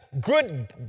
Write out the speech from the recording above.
good